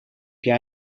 jij